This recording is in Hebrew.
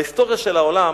בהיסטוריה של העולם